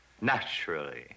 Naturally